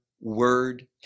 word